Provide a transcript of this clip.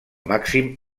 màxim